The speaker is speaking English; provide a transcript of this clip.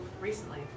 recently